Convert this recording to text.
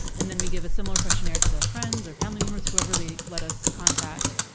and then we give a similar questionnaire to their friends or family members, whoever they let us contact,